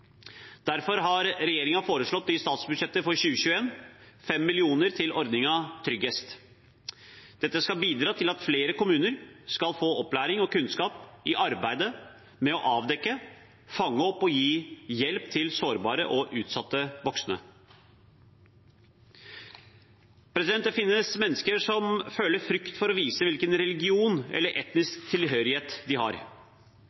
Derfor har regjeringen i statsbudsjettet for 2021 foreslått 5 mill. kr til ordningen TryggEst. Dette skal bidra til at flere kommuner skal få opplæring og kunnskap i arbeidet med å avdekke, fange opp og gi hjelp til sårbare og utsatte voksne. Det finnes mennesker som føler frykt for å vise hvilken religion eller